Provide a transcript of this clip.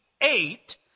eight